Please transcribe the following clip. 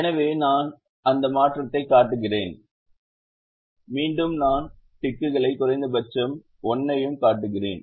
எனவே நான் அந்த மாற்றத்தைக் காட்டுகிறேன் மீண்டும் நான் டிக்குகளை குறைந்தபட்சம் 1 ஐயும் காட்டுகிறேன்